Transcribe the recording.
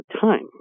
time